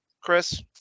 Chris